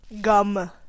Gum